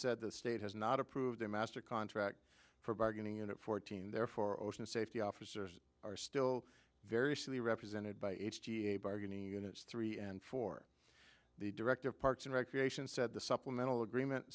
said the state has not approved a master contract for bargaining unit fourteen therefore ocean safety officers are still very slowly represented by h g a bargaining units three and four the director of parks and recreation said the supplemental agreement